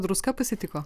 druska pasitiko